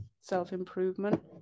self-improvement